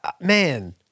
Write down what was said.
Man